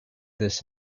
this